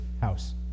house